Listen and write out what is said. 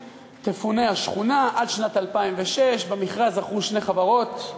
תפונה השכונה עד שנת 2006. במכרז זכו שתי חברות.